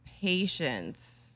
patience